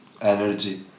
energy